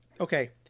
okay